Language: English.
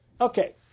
Okay